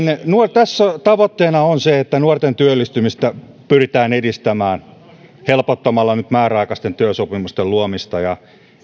tässä tavoitteena on se että nuorten työllistymistä pyritään edistämään helpottamalla määräaikaisten työsopimusten luomista ja